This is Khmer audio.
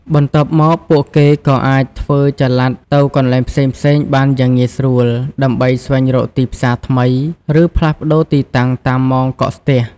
បន្ទាប់មក ពួកគេក៏អាចធ្វើចល័តទៅកន្លែងផ្សេងៗបានយ៉ាងងាយស្រួល ដើម្បីស្វែងរកទីផ្សារថ្មី ឬផ្លាស់ប្តូរទីតាំងតាមម៉ោងកកស្ទះ។